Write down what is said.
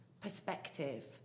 perspective